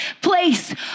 place